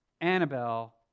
Annabelle